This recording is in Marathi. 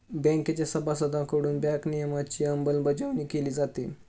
बँकेच्या सभासदांकडून बँक नियमनाची अंमलबजावणी केली जाते